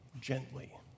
gently